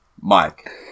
Mike